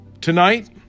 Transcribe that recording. tonight